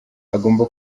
agomba